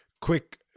quick